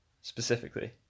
Specifically